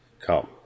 come